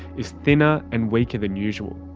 is thinner and weaker than usual.